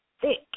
thick